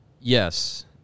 Yes